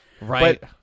Right